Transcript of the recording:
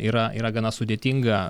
yra yra gana sudėtinga